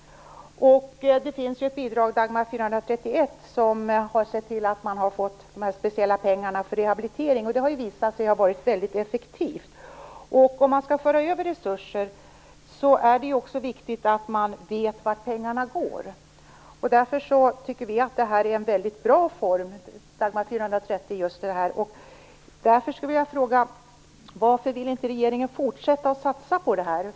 Det finns ju ett bidrag, Dagmar 430. Genom det har man fått speciella pengar för rehabilitering. Det har visat sig vara väldigt effektivt. Skall resurser föras över är det också viktigt att man vet vart pengarna går. Därför tycker vi att Dagmar 430 är en väldigt bra form för det här. Därför vill jag fråga: Varför vill inte regeringen fortsätta att satsa på det här?